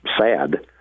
sad